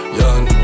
young